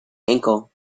ankle